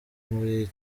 muri